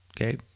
Okay